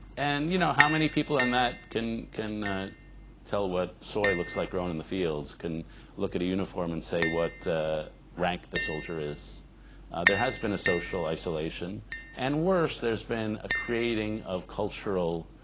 and you know how many people in that can can tell what soy looks like growin in the fields can look at a uniform and say what rank the soldier is there has been a social isolation and worse there's been a creating of cultural